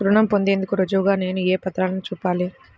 రుణం పొందేందుకు రుజువుగా నేను ఏ పత్రాలను చూపాలి?